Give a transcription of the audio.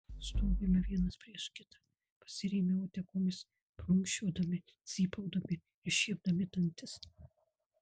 stovime vienas prieš kitą pasirėmę uodegomis prunkščiodami cypaudami ir šiepdami dantis